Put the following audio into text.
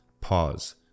pause